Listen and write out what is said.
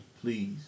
Please